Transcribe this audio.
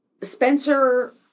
Spencer